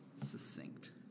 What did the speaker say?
Succinct